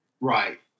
Right